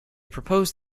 proposed